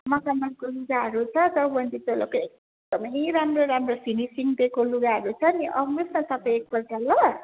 मखमलको लुगाहरू छ चौबन्दी चोलोको एकदमै राम्रो राम्रो फिनिसिङ देको लुगाहरू छ नि आउनुस् न तपै एकपल्ट ल